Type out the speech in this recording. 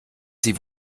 sie